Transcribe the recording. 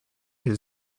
his